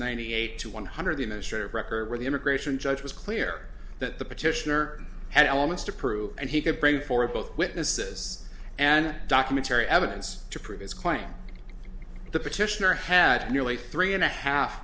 ninety eight to one hundred the measure of record where the immigration judge was clear that the petitioner had elements to prove and he could bring for both witnesses and documentary evidence to prove his claim the petitioner had nearly three and a half